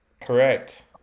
Correct